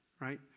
right